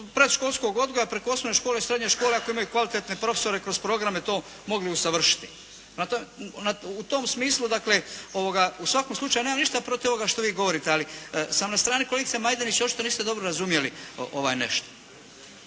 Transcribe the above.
predškolskog odgoja, preko osnovne škole, srednje škole ako imaju kvalitetne profesore, kroz programe to mogli usavršiti. Prema tome u tom smislu u svakom slučaju nemam ništa protiv ovoga što vi govorite. Ali sam na strani, kolegice Majdenić očito niste dobro razumjeli nešto.